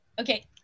Okay